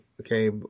okay